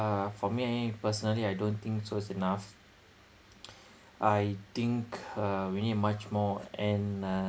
uh for me personally I don't think so it's enough I think uh we need much more and uh